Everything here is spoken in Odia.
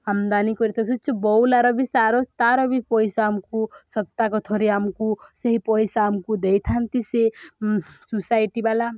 ଆମଦାନୀ ବଉଲାର ବି ତା'ର ତା'ର ବି ପଇସା ଆମକୁ ସପ୍ତାହକ ଥରେ ଆମକୁ ସେହି ପଇସା ଆମକୁ ଦେଇଥାନ୍ତି ସେ ସୋସାଇଟି ବାଲା